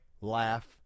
laugh